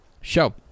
show